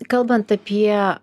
kalbant apie